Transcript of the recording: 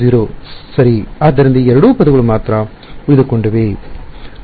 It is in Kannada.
0 ಮತ್ತು 0 ಸರಿ ಆದ್ದರಿಂದ ಈ ಎರಡು ಪದಗಳು ಮಾತ್ರ ಉಳಿದುಕೊಂಡಿವೆ